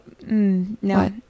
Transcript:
no